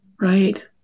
right